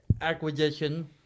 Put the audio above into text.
acquisition